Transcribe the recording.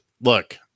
look